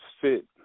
fit